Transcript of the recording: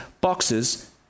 boxes